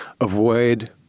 Avoid